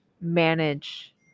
manage